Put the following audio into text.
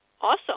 Awesome